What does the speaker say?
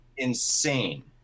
Insane